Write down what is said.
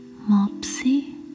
Mopsy